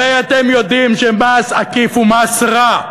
הרי אתם יודעים שמס עקיף הוא מס רע,